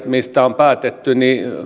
mistä on päätetty niin